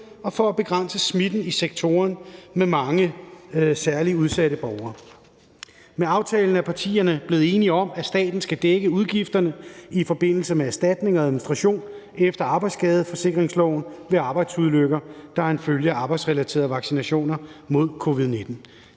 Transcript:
og for at begrænse smitten i sektorer med mange særlig udsatte borgere. Med aftalen er partierne blevet enige om, at staten skal dække udgifterne i forbindelse med erstatning og administration efter arbejdsskadeforsikringsloven ved arbejdsulykker, der er en følge af arbejdsrelaterede vaccinationer mod covid-19.